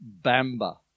Bamba